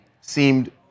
seemed